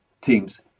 teams